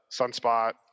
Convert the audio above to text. Sunspot